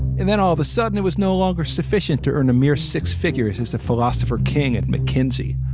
and then all of a sudden it was no longer sufficient to earn a mere six figures as a philosopher king at mckinsey.